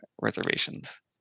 reservations